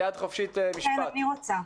כן, אני רוצה.